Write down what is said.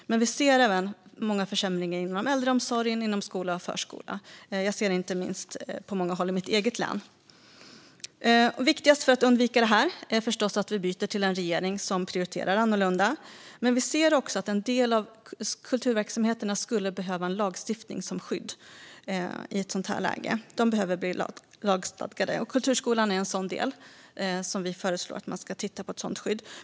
Vi ser även många försämringar inom äldreomsorg, skola och förskola. Jag ser det inte minst på många håll i mitt eget län. Viktigast för att undvika detta är förstås att byta till en regering som prioriterar annorlunda, men vi ser också att en del kulturverksamheter skulle behöva lagstiftning som skydd i ett läge som detta. De behöver bli lagstadgade. Kulturskolan är en del av det. Vi föreslår därför att man tittar på ett sådant skydd.